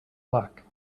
luck